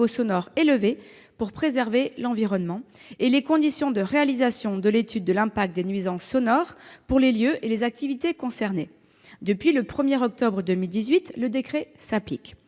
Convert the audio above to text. sonore élevé pour préserver l'environnement et les conditions de réalisation de l'étude de l'impact des nuisances sonores pour les lieux et les activités concernés. Depuis le 1 octobre 2018, le décret s'applique.